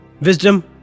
wisdom